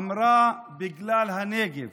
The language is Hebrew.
היא אמרה: בגלל הנגב,